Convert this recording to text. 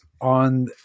on